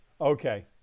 okay